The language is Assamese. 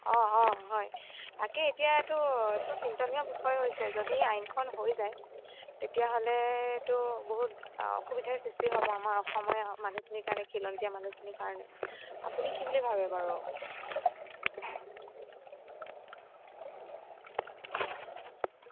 অ' অ' হয় তাকে এতিয়াতো চিন্তনীয় বিষয় হৈছে যদি আইনখন হৈ যায় তেতিয়াহ'লেতো বহুত অসুবিধাৰ সৃষ্টি হ'ব আমাৰ অসমৰ মানুহখিনিৰ কাৰণে খিলঞ্জীয়া মানুহখিনিৰ কাৰণে আপুনি কি বুলি ভাবে বাৰু